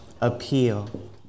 appeal